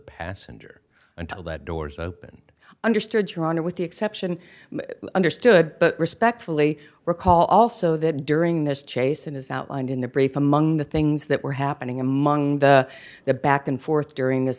passenger until that door's open understood your honor with the exception understood respectfully recall also that during this chase and as outlined in the brief among the things that were happening among the the back and forth during this